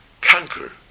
conquer